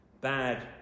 bad